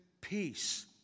peace